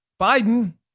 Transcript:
Biden